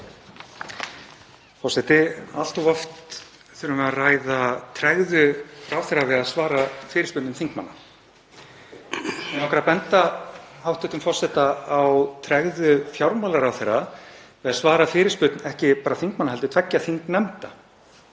Forseti. Allt of oft þurfum við að ræða tregðu ráðherra við að svara fyrirspurnum þingmanna. Mig langar að benda hæstv. forseta á tregðu fjármálaráðherra til að svara fyrirspurn, ekki bara þingmanna heldur tveggja þingnefnda.